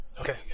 Okay